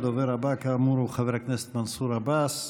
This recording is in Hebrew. הדובר הבא, כאמור, הוא חבר הכנסת מנסור עבאס.